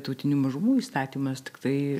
tautinių mažumų įstatymas tiktai